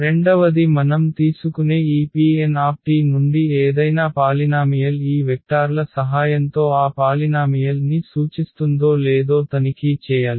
రెండవది మనం తీసుకునే ఈ Pnt నుండి ఏదైనా పాలినామియల్ ఈ వెక్టార్ల సహాయంతో ఆ పాలినామియల్ ని సూచిస్తుందో లేదో తనిఖీ చేయాలి